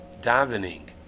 davening